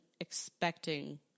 expecting